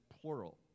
plural